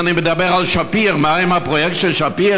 אם אני מדבר על שפיר, מה עם הפרויקט של שפיר?